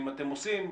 אם אתם רוצים,